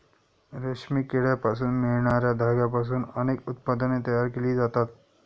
रेशमी किड्यांपासून मिळणार्या धाग्यांपासून अनेक उत्पादने तयार केली जातात